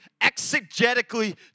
exegetically